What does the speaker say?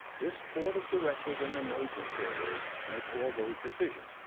this board of directors and the major shareholders make all those decisions.